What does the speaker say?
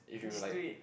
just do it